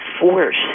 force